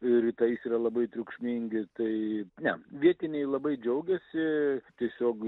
rytais yra labai triukšmingi tai ne vietiniai labai džiaugiasi tiesiog